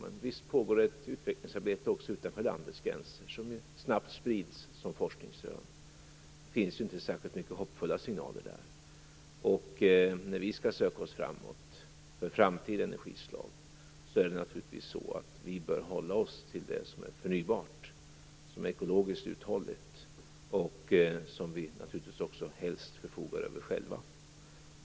Men visst pågår ett utvecklingsarbete också utanför landets gränser som sprids som forskningsrön. Det finns inte särskilt många hoppfulla signaler där. När vi skall söka oss framåt mot framtida energislag bör vi naturligtvis hålla oss till det som är förnybart, som är ekologiskt uthålligt och som vi helst förfogar över själva.